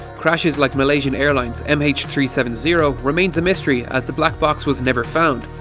crashes like malaysian airlines m h three seven zero remains a mystery as the blackbox was never found,